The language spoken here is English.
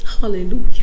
hallelujah